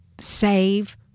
save